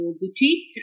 boutique